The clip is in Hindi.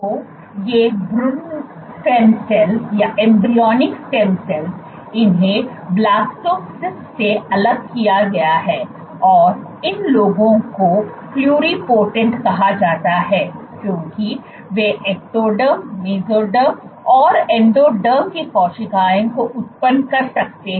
तो ये भ्रूण स्टेम सेल इनहें ब्लास्टोसिस्ट से अलग किया गया हैं और इन लोगों को प्लुरिपोटेंट कहा जाता है क्योंकि वे एक्टोडर्म मेसोडर्म और एंडोडर्म की कोशिकाएं को उत्पन्न कर सकते हैं